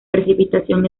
precipitación